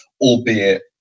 albeit